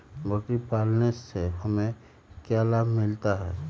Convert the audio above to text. बकरी पालने से हमें क्या लाभ मिलता है?